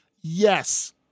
Yes